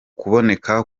kuboneka